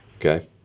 Okay